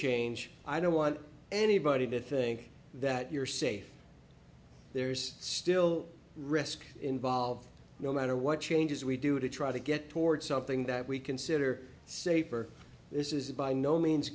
change i don't want anybody to think that you're safe there's still risk involved no matter what changes we do to try to get toward something that we consider safer this is by no means